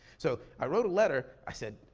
so i wrote a letter, i said,